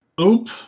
Oop